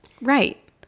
Right